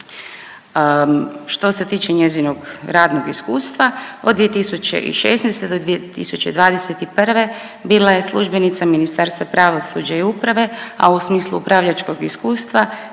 Što se tiče njezinog radnog iskustva od 2016. do 2021. bila je službenica Ministarstva pravosuđa i uprave, a u smislu upravljačkog iskustva